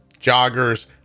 joggers